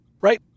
Right